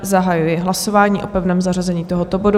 Zahajuji hlasování o pevném zařazení tohoto bodu.